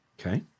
Okay